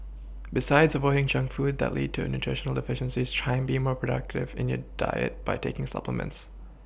besides avoiding junk food that lead to in the nutritional deficiencies trying be more proactive in your diet by taking supplements